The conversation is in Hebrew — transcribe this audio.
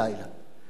בימים הללו,